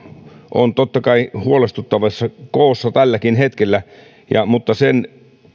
on totta kai huolestuttavassa koossa tälläkin hetkellä mutta sen